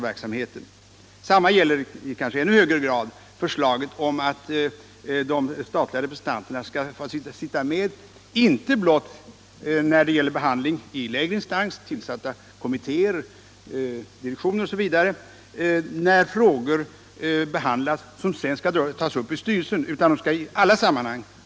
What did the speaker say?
Detsamma gäller i kanske ännu högre grad förslaget att de statliga representanterna skall ha rätt att närvara i lägre instans — tillsatta kommittéer, direktioner osv. — inte bara vid behandling av frågor som sedan skall tas upp i styrelsen utan i alla sammanhang.